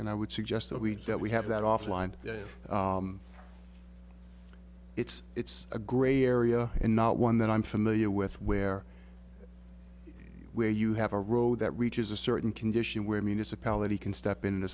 and i would suggest that we that we have that offline it's it's a gray area and not one that i'm familiar with where where you have a road that reaches a certain condition where municipality can step in